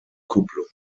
kupplung